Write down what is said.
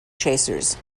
chasers